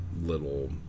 little